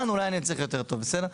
אולי אני אצליח טיפה יותר טוב בסדר?